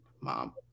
mom